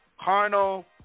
carnal